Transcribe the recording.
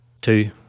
Two